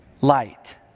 light